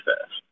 fast